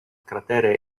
cratere